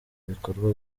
bikorwa